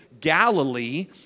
Galilee